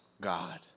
God